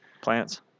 plants